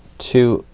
two,